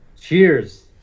Cheers